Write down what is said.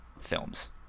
films